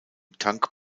tank